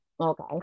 Okay